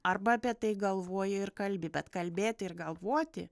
arba apie tai galvoji ir kalbi bet kalbėti ir galvoti